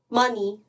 money